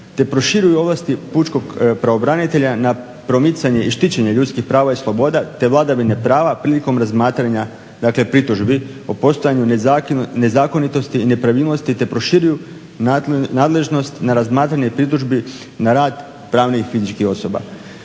te proširuju ovlasti pučkog pravobranitelja na promicanje i štićenje ljudskih prava i sloboda te vladavine prava prilikom razmatranja pritužbi o postojanju nezakonitosti i nepravilnosti te proširuju nadležnost na razmatranje pritužbi na rad pravnih i fizičkih osoba.